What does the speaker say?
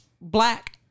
black